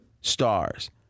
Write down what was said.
stars